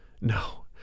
No